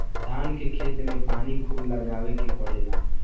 धान के खेत में पानी खुब लगावे के पड़ेला